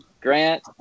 grant